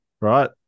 right